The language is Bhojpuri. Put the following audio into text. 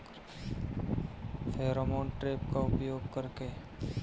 फेरोमोन ट्रेप का उपयोग कर के?